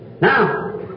Now